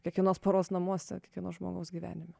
kiekvienos poros namuose kiekvieno žmogaus gyvenime